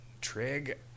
trig